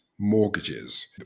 mortgages